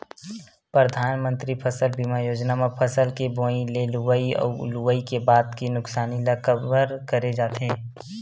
परधानमंतरी फसल बीमा योजना म फसल के बोवई ले लुवई अउ लुवई के बाद के नुकसानी ल कभर करे जाथे